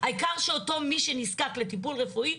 העיקר שאותו מי שנזקק לטיפול רפואי,